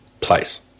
place